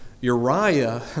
Uriah